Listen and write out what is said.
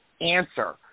answer